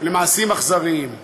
למעשים אכזריים.